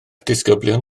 disgyblion